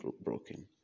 broken